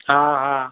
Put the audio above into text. हा हा